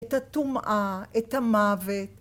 את הטומאה, את המוות.